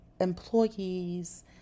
employees